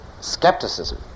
skepticism